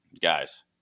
guys